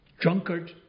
drunkard